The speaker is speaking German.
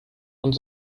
und